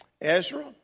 Ezra